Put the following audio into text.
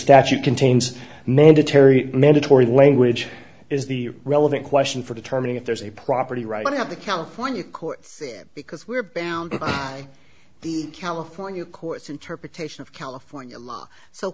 statute contains manda terry mandatory language is the relevant question for determining if there's a property right of the california courts because we're bound by the california courts interpretation of california so